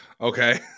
Okay